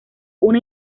una